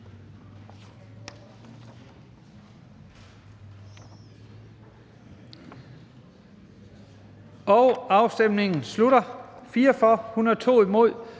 og afstemningen starter.